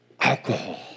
Alcohol